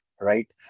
right